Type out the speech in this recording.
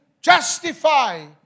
justify